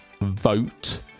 vote